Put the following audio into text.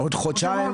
עוד חודשיים?